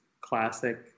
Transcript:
classic